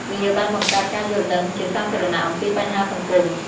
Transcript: វាបានបង្កើនការយល់ដឹងជាសាធារណៈអំពីបញ្ហាសង្គម។